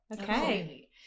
Okay